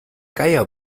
geier